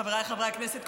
חבריי חברי הכנסת,